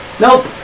Nope